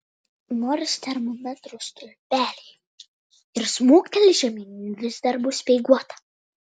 nors termometrų stulpeliai ir smuktels žemyn vis dar bus speiguota